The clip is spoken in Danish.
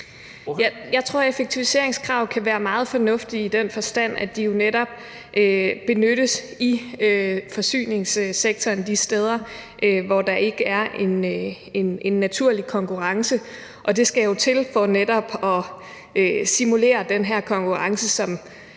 Jeg tror, at effektiviseringskrav kan være meget fornuftigt i den forstand, at de jo netop benyttes i forsyningssektoren de steder, hvor der ikke er en naturlig konkurrence, og det skal jo til for netop at simulere den her konkurrence, som man er udsat